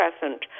present